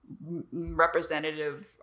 representative